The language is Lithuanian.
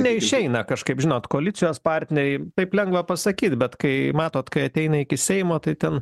neišeina kažkaip žinot koalicijos partneriai taip lengva pasakyt bet kai matot kai ateina iki seimo tai ten